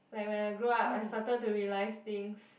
like when I grow up I started to realise things